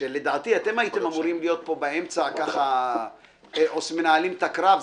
כשלדעתי הייתם אמורים להיות פה באמצע מנהלים את הקרב,